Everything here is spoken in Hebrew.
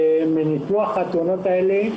מניתוח התאונות האלה,